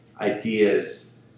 ideas